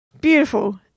Beautiful